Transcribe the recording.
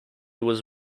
was